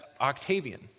Octavian